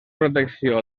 protecció